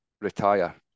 retire